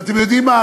ואתם יודעים מה?